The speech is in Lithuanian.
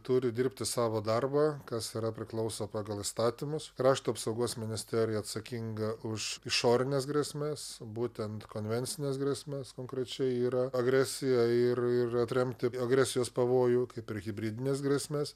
turi dirbti savo darbą kas yra priklauso pagal įstatymus krašto apsaugos ministerija atsakinga už išorines grėsmes būtent konvencines grėsmes konkrečiai yra agresija ir ir atremti agresijos pavojų kaip ir hibridines grėsmes